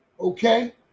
Okay